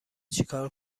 چیکار